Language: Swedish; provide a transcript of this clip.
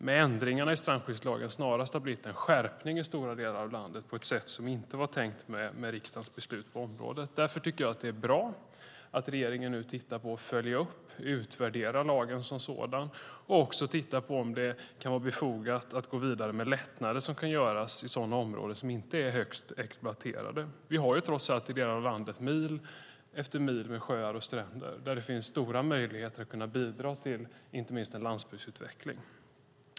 Med ändringarna i strandskyddslagen har det snarast blivit en skärpning i stora delar av landet på ett sätt som det inte var tänkt med riksdagens beslut på området. Därför tycker jag att det är bra att regeringen nu följer upp och utvärderar lagen som sådan och också tittar på om det kan vara befogat att gå vidare med lättnader i sådana områden som inte är så exploaterade. Vi har trots allt i delar av landet mil efter mil med sjöar och stränder där det finns stora möjligheter att bidra till inte minst en landsbygdsutveckling.